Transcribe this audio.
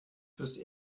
fürs